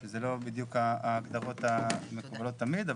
שזה לא בדיוק ההגדרות המקובלות תמיד,